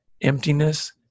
emptiness